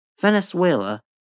Venezuela